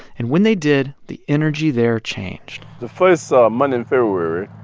and when they did, the energy there changed the first monday in february